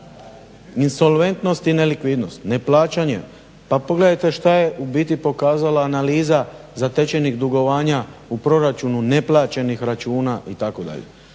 Insolventnost i nelikvidnost, neplaćanjem. Pa pogledajte šta je u biti pokazala analiza zatečenih dugovanja u proračunu neplaćenih računa itd.